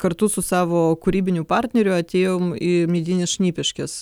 kartu su savo kūrybiniu partneriu atėjom į medines šnipiškes